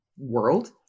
world